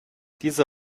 diese